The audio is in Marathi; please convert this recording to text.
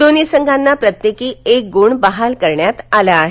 दोन्ही संघांना प्रत्येकी एक गुण बहाल करण्यात आला आहे